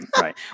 right